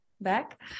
back